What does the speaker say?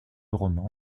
roman